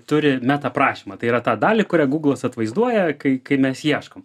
turi meta aprašymą tai yra tą dalį kurią google atvaizduoja kai kai mes ieškom